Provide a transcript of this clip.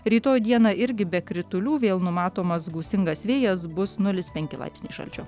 rytoj dieną irgi be kritulių vėl numatomas gūsingas vėjas bus nulis penki laipsniai šalčio